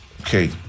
Okay